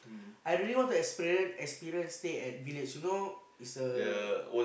I really want to experience experience stay at village you know it's a